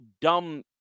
dumb